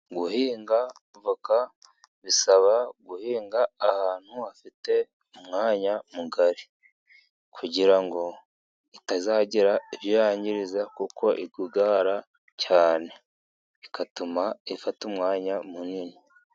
Guhinga avoka ,bisaba guhinga ahantu hafite umwanya mugari, kugira ngo itazagira ibyo yangiriza, kuko igugara cyane, bigatuma ifata umwanya munini.